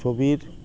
ছবির